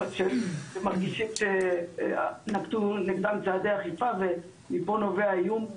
שמרגישים שנקטו נגדם צעדי אכיפה ומפה נובע האיום.